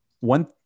One